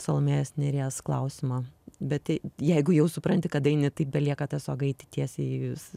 salomėjos nėries klausimą bet jeigu jau supranti kad eini tai belieka tiesiog eiti tiesiai vis